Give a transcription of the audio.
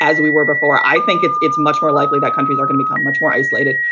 as we were before. i think it's it's much more likely that countries are going to become much more isolated.